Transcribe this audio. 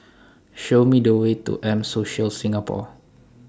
Show Me The Way to M Social Singapore